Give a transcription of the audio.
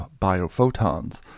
biophotons